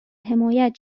حمایت